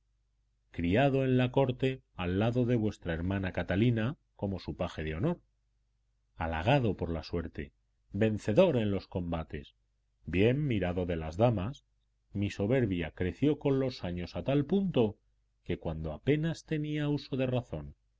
criado en la corte al lado de vuestra hermana catalina como su paje de honor halagado por la suerte vencedor en los combates bien mirado de las damas mi soberbia creció con los años a tal punto que cuando apenas tenía uso de razón